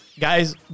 guys